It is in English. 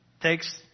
takes